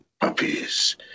puppies